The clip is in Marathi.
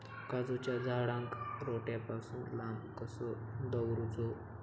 काजूच्या झाडांका रोट्या पासून लांब कसो दवरूचो?